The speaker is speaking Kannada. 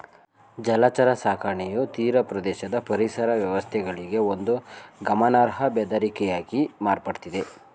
ಜಲಚರ ಸಾಕಣೆಯು ತೀರಪ್ರದೇಶದ ಪರಿಸರ ವ್ಯವಸ್ಥೆಗಳಿಗೆ ಒಂದು ಗಮನಾರ್ಹ ಬೆದರಿಕೆಯಾಗಿ ಮಾರ್ಪಡ್ತಿದೆ